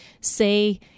say